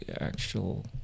actual